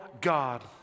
God